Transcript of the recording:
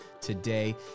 today